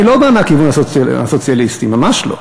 אני לא בא מהכיוון הסוציאליסטי, ממש לא.